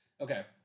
Okay